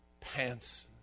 pants